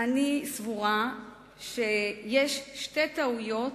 אני סבורה שיש שתי טעויות